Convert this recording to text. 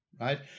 right